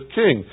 king